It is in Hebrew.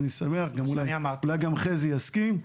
אולי גם חזי יסכים.